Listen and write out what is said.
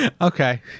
okay